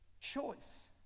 choice